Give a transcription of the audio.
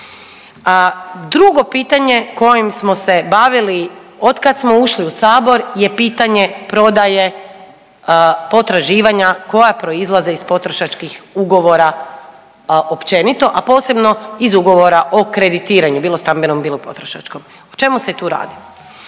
Drugo pitanje kojim smo se bavili od kad smo ušli u Sabor je pitanje prodaje potraživanja koja proizlaze iz potrošačkih ugovora općenito, a posebno iz ugovora o kreditiranju bilo stambenom, bilo potrošačkom. O čemu se tu radi?